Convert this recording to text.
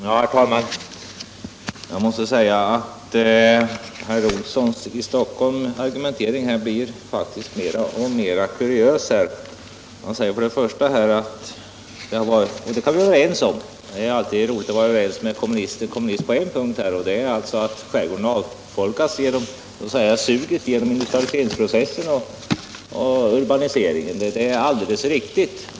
Herr talman! Jag måste säga att herr Olssons i Stockholm argumentering blir mer och mer kuriös. Han säger — och där kan vi för övrigt vara överens; det är ju roligt att åtminstone på en punkt kunna vara överens med en kommunist — att skärgården avfolkas på grund av suget från industrialiseringsprocessen och urbaniseringen.